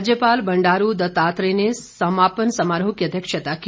राज्यपाल बंडारू दत्तात्रेय ने समापन समारोह की अध्यक्षता की